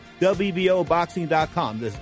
WBOboxing.com